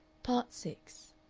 part six